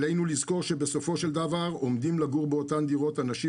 עלינו לזכור שבסופו של דבר עומדים לגור באותן דירות אנשים